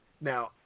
Now